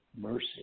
mercy